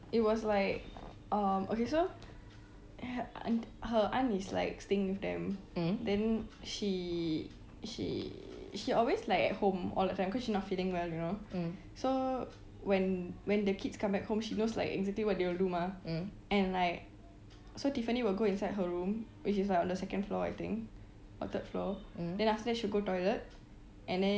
it was like um okay so he~ her aunt is like staying with them then she she she always like at home all the time cause she not feeling well you know so when when the kids come back home she knows like exactly what they will do mah and like so tiffany will go inside her room which is like on the second floor I think or third floor then after that she will go toilet and then